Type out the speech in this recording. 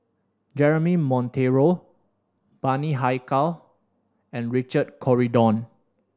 Jeremy Monteiro Bani Haykal and Richard Corridon